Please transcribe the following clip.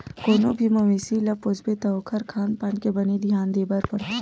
कोनो भी मवेसी ल पोसबे त ओखर खान पान के बने धियान देबर परथे